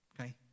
Okay